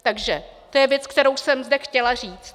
Takže to je věc, kterou jsem zde chtěla říct.